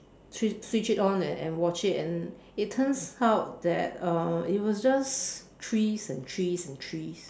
switch switch it on and and watch it and it turns out that uh it was just trees and trees and trees